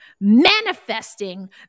manifesting